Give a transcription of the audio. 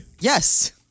Yes